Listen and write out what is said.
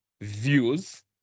views